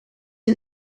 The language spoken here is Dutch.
een